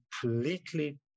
completely